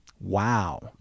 Wow